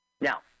Now